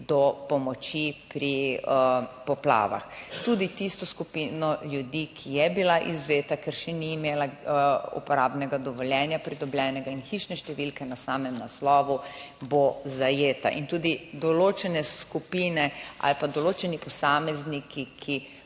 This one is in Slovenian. do pomoči pri poplavah, tudi tisto skupino ljudi, ki je bila izvzeta, ker še ni imela uporabnega dovoljenja, pridobljenega, in hišne številke na samem naslovu, bo zajeta in tudi določene skupine ali pa določeni posamezniki, ki